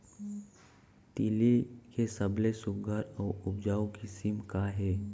तिलि के सबले सुघ्घर अऊ उपजाऊ किसिम का हे?